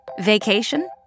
Vacation